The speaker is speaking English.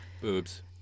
Boobs